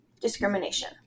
discrimination